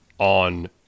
On